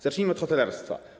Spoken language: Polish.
Zacznijmy od hotelarstwa.